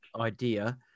idea